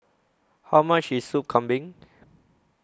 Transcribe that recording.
How much IS Sup Kambing